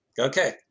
Okay